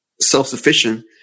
self-sufficient